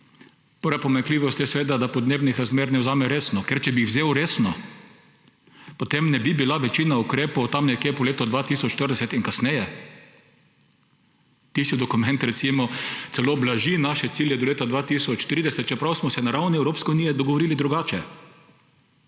Prva pomanjkljivost je seveda, da podnebnih razmer ne vzame resno, ker če bi jih vzel resno, potem ne bi bila večina ukrepov tam nekje po letu 2040 in kasneje. Tisti dokument recimo celo blaži naše cilje do leta 2030, čeprav smo se na ravni Evropske unije dogovorili drugače.